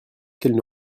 qu’elle